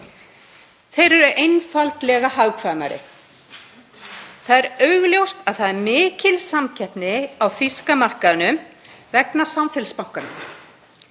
Þeir eru einfaldlega hagkvæmari. Það er augljóst að það er mikil samkeppni á þýska markaðnum vegna samfélagsbankanna.